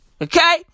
Okay